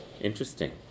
Interesting